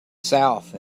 south